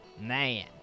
Man